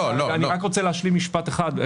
זה ממש לא בסדר.